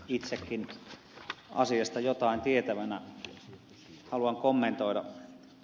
itsekin asiasta jotain tietävänä haluan kommentoida ed